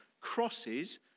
crosses